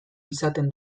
izaten